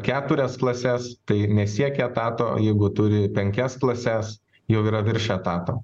keturias klases tai nesiekia etato o jeigu turi penkias klases jau yra virš etato